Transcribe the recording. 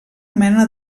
mena